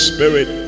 Spirit